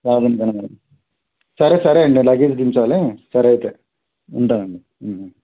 అలాగే ఉంటాను మరి సరే సరే అండి లగేజ్ దించాలి సరే అయితే ఉంటాను అండి